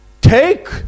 take